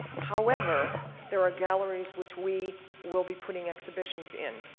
however, there are galleries which we will be putting exhibitions in.